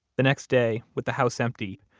the next day with the house empty,